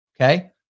Okay